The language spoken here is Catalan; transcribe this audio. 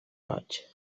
roig